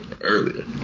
earlier